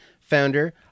founder